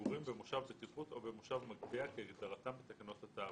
חגורים במושב בטיחות או במושב מגביה כהגדרתם בתקנות התעבורה.